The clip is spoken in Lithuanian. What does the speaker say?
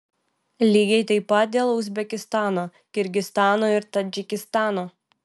lygiai taip pat dėl uzbekistano kirgizstano ir tadžikistano